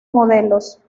modelos